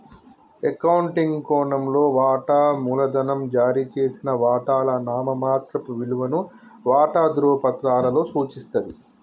accounting కోణంలో, వాటా మూలధనం జారీ చేసిన వాటాల నామమాత్రపు విలువను వాటా ధృవపత్రాలలో సూచిస్తది